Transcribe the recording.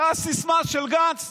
זו הסיסמה של גנץ.